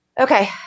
Okay